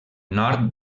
nord